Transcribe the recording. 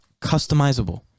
customizable